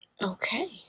Okay